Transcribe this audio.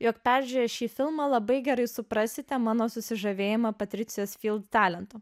jog peržiūrėję šį filmą labai gerai suprasite mano susižavėjimą patricijos talentu